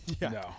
No